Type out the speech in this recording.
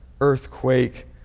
earthquake